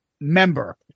member